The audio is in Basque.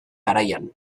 garaian